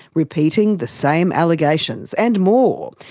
repeating the same allegations, and more,